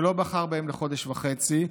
ולא בחר בהם לחודש וחצי,